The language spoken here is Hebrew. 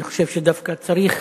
אני חושב שדווקא צריך